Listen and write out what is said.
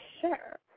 sure